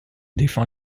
défend